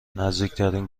نزدیکترین